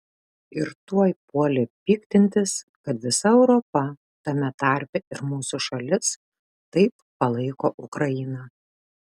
ir tuoj puolė piktintis kad visa europa tame tarpe ir mūsų šalis taip palaiko ukrainą